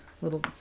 Little